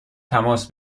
تماس